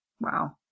Wow